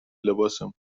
لباسمون